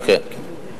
כן, כן.